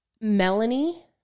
Melanie